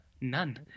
none